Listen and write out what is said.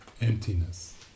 emptiness